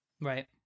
Right